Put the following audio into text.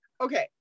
okay